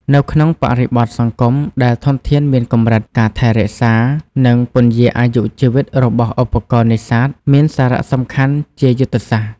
នៅក្នុងបរិបទសង្គមដែលធនធានមានកម្រិត ការថែរក្សា និងពន្យារអាយុជីវិតរបស់ឧបករណ៍នេសាទមានសារៈសំខាន់ជាយុទ្ធសាស្ត្រ។